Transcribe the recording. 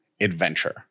adventure